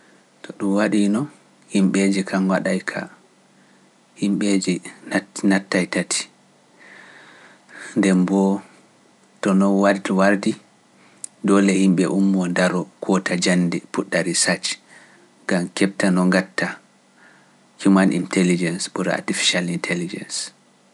To ɗum waɗiino, himɓeeji kam waɗa e ka, himɓeeji nattata e tati, nde mboo to noon wardi, doole himɓe ummo daroo koota jannde puɗtari sac, gantokebta no gatta human intelligence ɓura artificial intelligence.